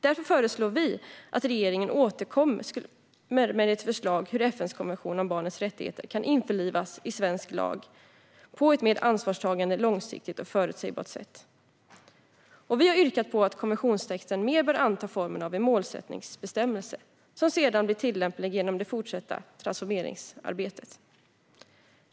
Därför föreslår vi att regeringen återkommer med ett förslag på hur FN:s konvention om barnets rättigheter kan införlivas i svensk lag på ett mer ansvarstagande, långsiktigt och förutsägbart sätt. Sverigedemokraterna har yrkat på att konventionstexten mer bör anta formen av en målsättningsbestämmelse, som sedan blir tillämplig genom det fortsatta transformeringsarbetet.